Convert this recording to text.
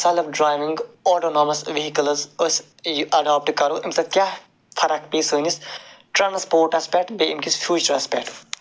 self driving autonomous vehicles أسۍ یہِ اَیڈاپٹہٕ کَرو اَمہِ سۭتۍ کیٛاہ فرق پے سٲنِس ٹرٛانٛسپورٹس پٮ۪ٹھ بیٚیہِ اَمہِ کِس فیٛوٗچرس پٮ۪ٹھ